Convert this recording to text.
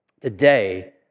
today